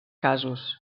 casos